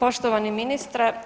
Poštovani ministre.